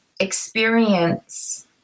experience